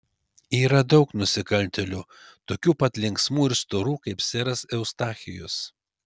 yra daug nusikaltėlių tokių pat linksmų ir storų kaip seras eustachijus